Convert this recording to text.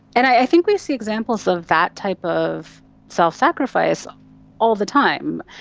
and i think we see examples of that type of self-sacrifice all the time.